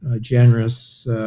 generous